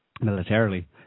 militarily